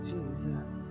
Jesus